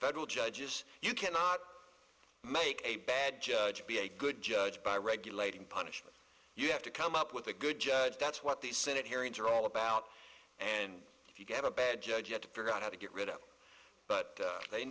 federal judges you cannot make a bad judge be a good judge by regulating punishment you have to come up with a good judge that's what the senate hearings are all about and you get a bad judge yet to figure out how to get rid of but they